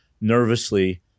nervously